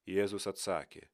jėzus atsakė